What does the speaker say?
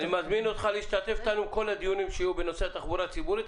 אני מזמין אותך להשתתף איתנו בכל דיונים שיהיו בנושא התחבורה הציבורית,